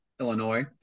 Illinois